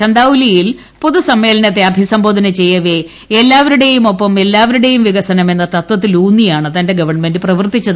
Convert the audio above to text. ചന്ദൌലിയിൽ പൊതൂസ്മ്മേളനത്തെ അഭിസംബോധന ചെയ്യവെ എല്ലാവരുടെയും ഒപ്പം് എല്ലാവരുടെയും വികസനം എന്ന തത്വത്തിലൂന്നിയാണ് തന്റെ ഗവൺമെന്റ് പ്രവർത്തിച്ചതെന്ന് അദ്ദേഹം പറഞ്ഞു